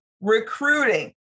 Recruiting